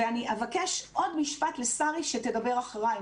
ואני אבקש עוד משפט לשרי שתדבר אחריי,